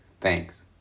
Thanks